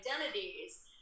identities